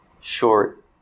short